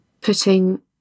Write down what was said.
putting